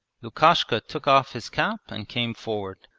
lukishka took off his cap and came forward.